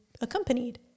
accompanied